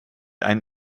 ein